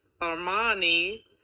Armani